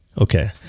Okay